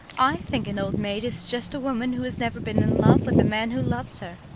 i think an old maid is just a woman who has never been in love with a man who loves her.